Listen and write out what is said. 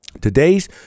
today's